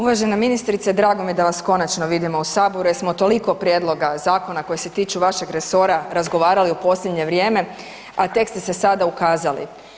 Uvažena ministrice, drago mi je da vas konačno vidimo u Saboru jer smo toliko prijedloga zakona koji se tiču vašeg resora razgovarali u posljednje vrijeme, a tek ste se sada ukazali.